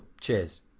Cheers